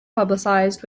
publicized